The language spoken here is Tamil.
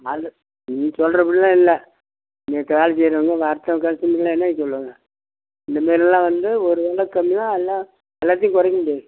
அது நீங்கள் சொல்கிறபடிலாம் இல்லை இங்கே இருக்கற வேலை செய்கிறவங்க வர கஸ்டமரெலாம் என்னென்னு சொல்லுங்க இந்தமாரிலாம் வந்து ஒரு விலை கம்மியாக எல்லாம் எல்லாத்தையும் குறைக்க முடியாது